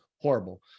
horrible